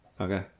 Okay